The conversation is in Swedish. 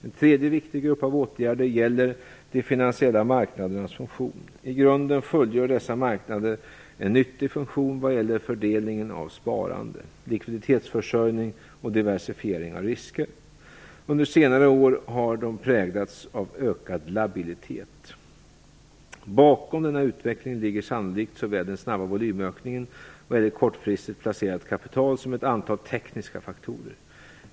En tredje viktig grupp av åtgärder gäller de finansiella marknadernas funktion. I grunden fullgör dessa marknader en nyttig funktion vad gäller fördelning av sparande, likviditetsförsörjning och diversifiering av risker. Under senare år har de präglats av ökad labilitet. Bakom denna utveckling ligger sannolikt såväl den snabba volymökningen vad gäller kortfristigt placerat kapital som ett antal tekniska faktorer.